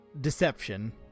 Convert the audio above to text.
deception